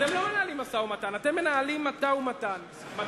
אתם לא מנהלים משא-ומתן, אתם מנהלים מתן ומתן.